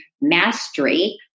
mastery